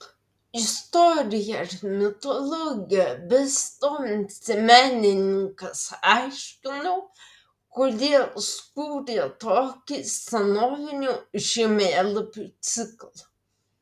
istorija ir mitologija besidomintis menininkas aiškino kodėl sukūrė tokį senovinių žemėlapių ciklą